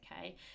okay